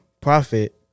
Profit